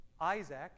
Isaac